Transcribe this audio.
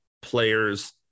players